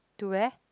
to where